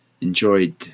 enjoyed